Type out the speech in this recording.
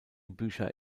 bücher